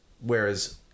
whereas